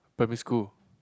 primary school